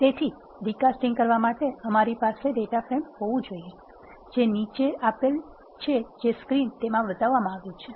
તેથી રીકાસ્ટિંગ કરવા માટે અમારી પાસે ડેટા ફ્રેમ હોવું જોઈએ જે નીચે આપેલ છે જે સ્ક્રીનમાં બતાવવામાં આવ્યું છે